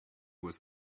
was